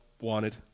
wanted